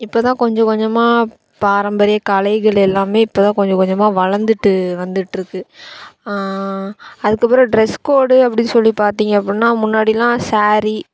இப்போ தான் கொஞ்சம் கொஞ்சமாக பாரம்பரிய கலைகள் எல்லாம் இப்போ தான் கொஞ்ச கொஞ்சமாக வளர்ந்துட்டு வந்துட்டுருக்கு அதுக்கப்புறம் ட்ரெஸ் கோடு அப்படின்னு சொல்லி பார்த்தீங்க அப்புடினா முன்னாடிலாம் ஸேரீ